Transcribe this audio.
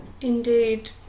Indeed